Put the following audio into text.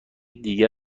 دیگر